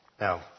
Now